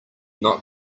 not